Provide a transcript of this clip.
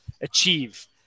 achieve